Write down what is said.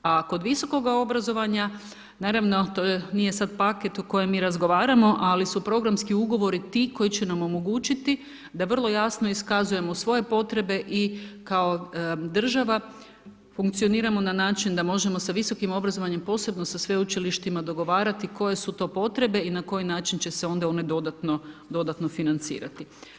A kod visokog obrazovanja, naravno to nije sad paket u kojem mi razgovaramo, ali su programski ugovori ti koji će omogućiti da vrlo jasno iskazujemo svoje potrebe i kao država funkcioniramo na način, da možemo sa visokom obrazovanjem, posebno sa sveučilištima dogovarati koje su to potrebe i na koji način će se one dodatno financirati.